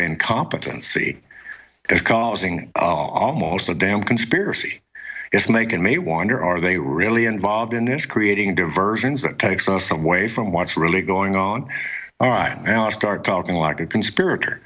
incompetency is causing almost a damn conspiracy it's making me wonder are they really involved in this creating diversions that takes us away from what's really going on right now start talking like a conspira